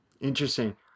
Interesting